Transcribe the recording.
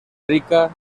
rica